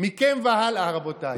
מכם והלאה, רבותיי.